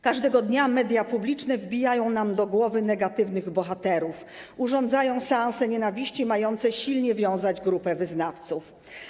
Każdego dnia media publiczne wbijają nam do głowy negatywnych bohaterów, urządzają seanse nienawiści mające silnie wiązać grupę wyznawców.